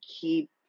keep